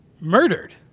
murdered